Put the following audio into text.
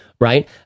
Right